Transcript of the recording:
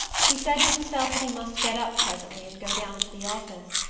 he said to himself that he must get up presently and go down to the office.